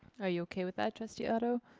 ah yeah okay with that, trustee otto?